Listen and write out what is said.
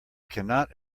cannot